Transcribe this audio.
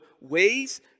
ways